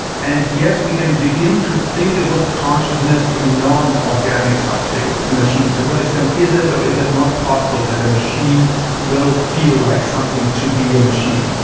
and yes, we can begin to think about consciousness in non-organic substrate in machines. to what extent is it or is it not possible that a machine will feel like something to be a machine?